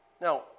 Now